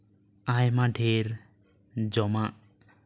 ᱟᱭᱢᱟ ᱰᱷᱮᱨ ᱡᱚᱢᱟᱜ